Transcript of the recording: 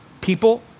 people